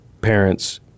parents